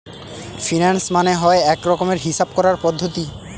finance মানে হয় এক রকমের হিসাব করার পদ্ধতি